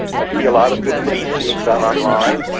i see a lot of good things being done online,